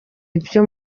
ibyo